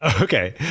Okay